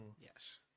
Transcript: Yes